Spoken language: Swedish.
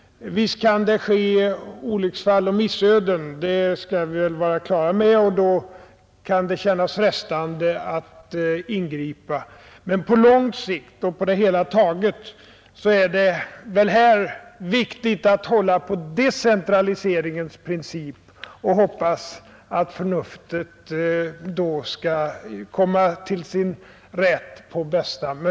Visst kan det hända olycksfall och missöden, det skall vi vara på det klara med, och då kan det kännas frestande att ingripa. Men på lång sikt och på det hela taget är det viktigt att här hålla på decentraliseringsprincipen och hoppas att förnuftet därigenom bäst skall komma till sin rätt.